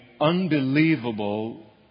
unbelievable